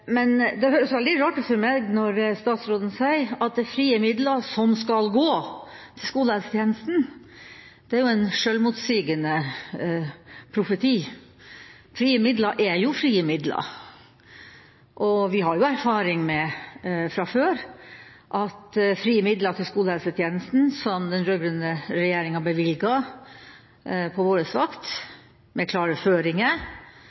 men en slags gaveordning, en «oppmuntringspott», som man får når man har brukt opp de frie midlene. Det høres veldig rart ut for meg når statsråden sier at det er frie midler som skal gå til skolehelsetjenesten. Det er en selvmotsigende profeti. Frie midler er jo frie midler, og vi har fra før erfaring med at av frie midler til skolehelsetjenesten som den